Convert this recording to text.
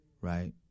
Right